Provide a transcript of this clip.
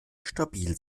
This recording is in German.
stabil